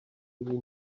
really